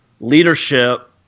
leadership